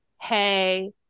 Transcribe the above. hey